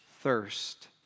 thirst